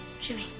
Jimmy